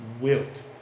Wilt